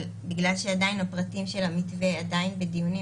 בגלל שהפרטים של המתווה עדיין בדיונים,